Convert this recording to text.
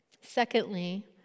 Secondly